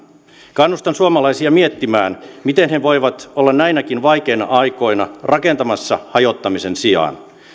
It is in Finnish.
kannustan suomalaisia miettimään miten he voivat olla näinäkin vaikeina aikoina rakentamassa hajottamisen sijaan